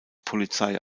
polizei